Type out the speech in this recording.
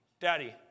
daddy